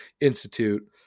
Institute